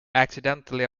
accidentally